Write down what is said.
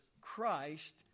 Christ